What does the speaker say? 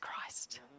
Christ